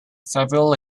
several